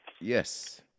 Yes